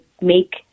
make –